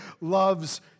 loves